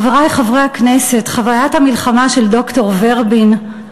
חברי חברי הכנסת, חוויית המלחמה של ד"ר ורבין,